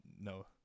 no